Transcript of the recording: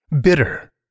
bitter